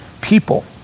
people